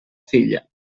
filla